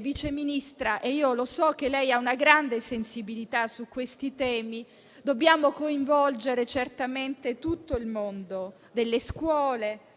Vice Ministra, anche se so che lei ha una grande sensibilità su questi temi, dobbiamo coinvolgere certamente tutto il mondo delle scuole,